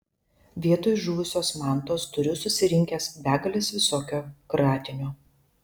vietoj žuvusios mantos turiu susirinkęs begales visokio kratinio